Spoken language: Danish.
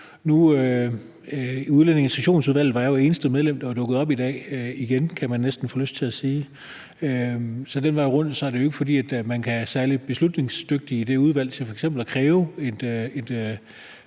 af Udlændinge- og Integrationsudvalget, der dukkede op i dag – igen, kan man næsten få lyst til at sige. Så den vej rundt er det jo ikke, fordi man er særlig beslutningsdygtig i det udvalg til f.eks. at kræve en